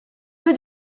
peu